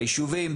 ביישובים,